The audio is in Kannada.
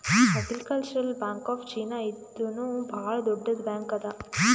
ಅಗ್ರಿಕಲ್ಚರಲ್ ಬ್ಯಾಂಕ್ ಆಫ್ ಚೀನಾ ಇದೂನು ಭಾಳ್ ದೊಡ್ಡುದ್ ಬ್ಯಾಂಕ್ ಅದಾ